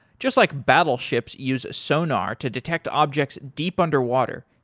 just like battleships uses sonar to detect objects deep underwater,